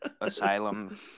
asylum